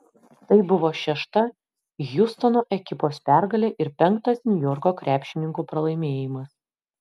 tai buvo šešta hjustono ekipos pergalė ir penktas niujorko krepšininkų pralaimėjimas